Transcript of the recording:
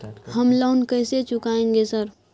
हम लोन कैसे चुकाएंगे सर?